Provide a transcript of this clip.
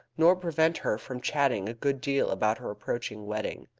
nor prevent her from chatting a good deal about her approaching wedding.